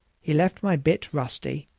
he left my bit rusty,